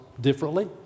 differently